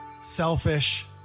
selfish